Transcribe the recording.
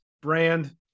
Brand